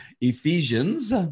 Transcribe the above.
Ephesians